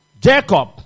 Jacob